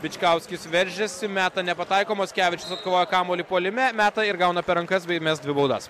bičkiauskis veržiasi meta nepataiko mockevičius atkovoja kamuolį puolime meta ir gauna per rankas bei mes dvi baudas